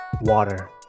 water